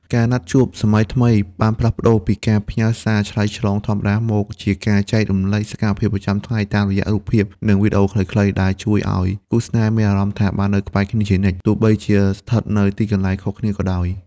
ការណាត់ជួបសម័យថ្មីបានផ្លាស់ប្ដូរពីការផ្ញើសារឆ្លើយឆ្លងធម្មតា មកជាការចែករំលែកសកម្មភាពប្រចាំថ្ងៃតាមរយៈរូបភាព និងវីដេអូខ្លីៗ ដែលជួយឱ្យគូស្នេហ៍មានអារម្មណ៍ថាបាននៅក្បែរគ្នាជានិច្ច ទោះបីជាស្ថិតនៅទីកន្លែងខុសគ្នាក៏ដោយ។